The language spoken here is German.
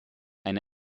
eine